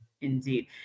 Indeed